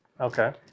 okay